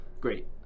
great